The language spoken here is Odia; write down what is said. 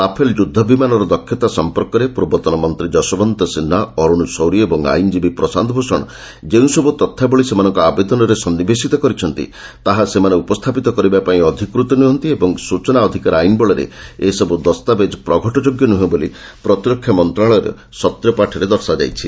ରାଫେଲ ଯୁଦ୍ଧ ବିମାନର ଲଢ଼େଇ ଦକ୍ଷତା ସଂପର୍କରେ ପୂର୍ବତନ ମନ୍ତ୍ରୀ ଯଶୋବନ୍ତ ସିହ୍ନା ଅରୁଣ ସୌରୀ ଏବଂ ଆଇନଜୀବୀ ପ୍ରଶାନ୍ତଭୂଷଣ ଯେଉଁସବୁ ତଥ୍ୟାବଳୀ ସେମାନଙ୍କ ଆବେଦନରେ ସନ୍ନିବେଶିତ କରିଛନ୍ତି ତାହା ସେମାନେ ଉପସ୍ଥାପିତ କରିବା ପାଇଁ ଅଧିକୃତ ନୁହନ୍ତି ସୂଚନା ଅଧିକାର ଆଇନ ବଳରେ ଏସବୁ ଦସ୍ତାବେଜ୍ ପ୍ରଘଟଯୋଗ୍ୟ ନୁହେଁ ବୋଲି ପ୍ରତିରକ୍ଷା ମନ୍ତ୍ରଣାଳୟର ସତ୍ୟପାଠରେ ଦର୍ଶାଯାଇଛି